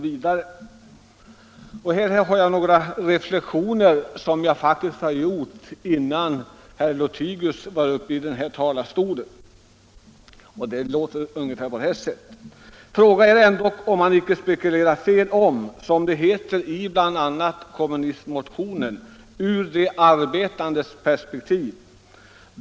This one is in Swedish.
Här har jag gjort några reflexioner — jag gjorde dem innan herr Lothigius var uppe i talarstolen. Frågan är om man spekulerar fel när man, som man gör i kommunistmotionen, talar om härjningar ”när verksamheten betraktas ur de arbetandes perspektiv”.